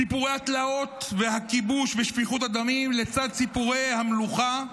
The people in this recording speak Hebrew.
סיפורי התלאות והכיבוש ושפיכות הדמים לצד סיפורי המלוכה,